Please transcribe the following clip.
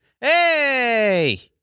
hey